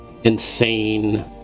Insane